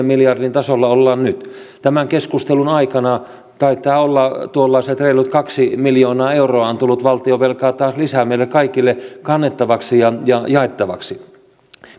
miljardin tasolla ollaan nyt tämän keskustelun aikana taitaa olla tuollaiset reilut kaksi miljoonaa euroa tullut valtionvelkaa taas lisää meille kaikille kannettavaksi ja ja jaettavaksi